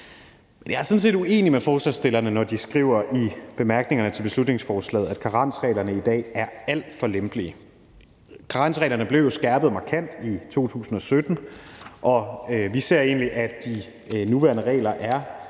jeg er sådan set uenig med forslagsstillerne, når de skriver i bemærkningerne til beslutningsforslaget, at karensreglerne i dag er alt for lempelige. Karensreglerne blev jo skærpet markant i 2017, og vi ser egentlig, at de nuværende regler er